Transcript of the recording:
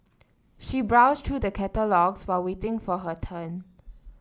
she browsed through the catalogues while waiting for her turn